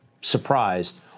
surprised